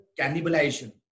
cannibalization